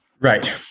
right